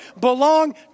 belong